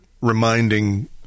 reminding